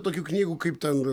tokių knygų kaip ten